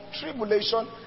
tribulation